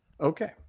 Okay